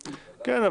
כן,